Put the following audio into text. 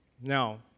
Now